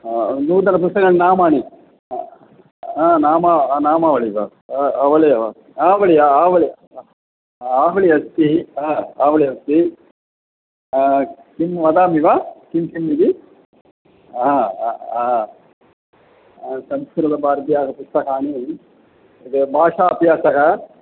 नूतनपुस्तकानि नामानि नाम नामावलिः वा आवलिः वा आवलिः आवलिः आवलिः अस्ति आवलिः अस्ति किं वदामि वा किं किम् इति संस्कृतभारतीय पुस्तकानि भाषा अभ्यासः